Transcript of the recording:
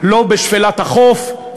לא בשפלת החוף,